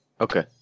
Okay